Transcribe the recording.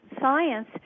science